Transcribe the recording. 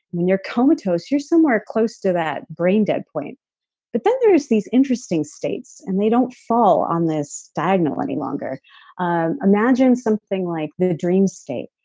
when you're comatose, you're somewhere close to that brain dead point but then there is these interesting states and they don't fall on this diagonal any longer and imagine something like the dream state.